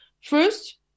First